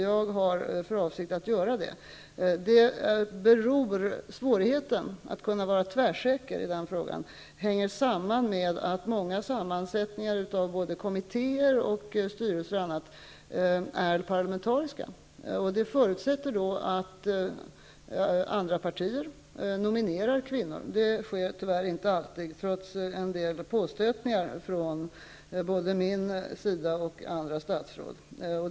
Jag har för avsikt att göra det. Svårigheten att vara tvärsäker i den frågan hänger samman med att många kommittéer, styrelser och annat är parlametariskt sammansatta. En förutsättning är därför att andra partier nominerar kvinnor, och det sker tyvärr inte alltid, trots en del påstötningar från både mig och andra statsråd.